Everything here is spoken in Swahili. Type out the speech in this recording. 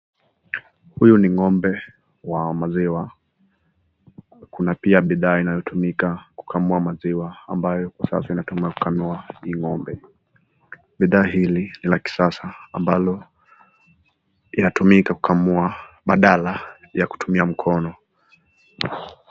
Huyu ni ngombe wa maziwa, kuna pia bidhaa inayotumika kukamua maziwa ambayo inatumiwa kukamua hii ngombe. Bidhaa hili la kisasa ambalo inatumika kukamua badala ya kutumia mkono.